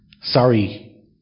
Sorry